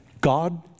God